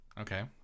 Okay